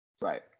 right